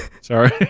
Sorry